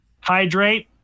hydrate